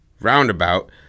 roundabout